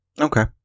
Okay